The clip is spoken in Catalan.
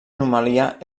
anomalia